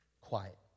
Quiet